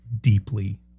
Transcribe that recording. deeply